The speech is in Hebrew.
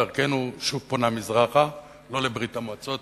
דרכנו שוב פונה מזרחה" לא לברית-המועצות,